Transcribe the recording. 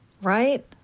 right